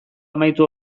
amaitu